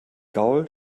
gaul